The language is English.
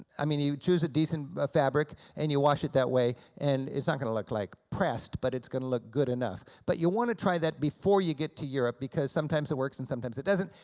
i mean, you you choose a decent fabric, and you wash it that way, and it's not going to look, like, pressed but it's going to look good enough, but you want to try that before you get to europe, because sometimes it works and sometimes it doesn't.